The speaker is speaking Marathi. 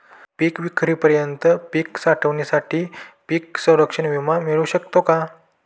पिकविक्रीपर्यंत पीक साठवणीसाठी पीक संरक्षण विमा मिळू शकतो का?